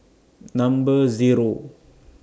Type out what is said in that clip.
Number Zero